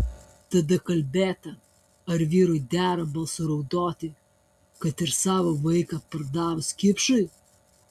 tada kalbėta ar vyrui dera balsu raudoti kad ir savo vaiką pardavus kipšui